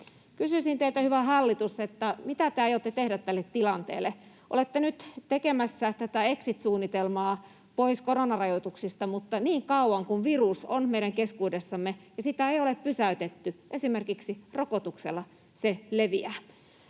Kysyisin teiltä, hyvä hallitus: mitä te aiotte tehdä tälle tilanteelle? Olette nyt tekemässä tätä exit-suunnitelmaa pois koronarajoituksista, mutta niin kauan kun virus on meidän keskuudessamme ja sitä ei ole pysäytetty esimerkiksi rokotuksella, se leviää.